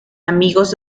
amigos